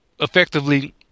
effectively